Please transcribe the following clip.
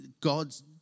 God's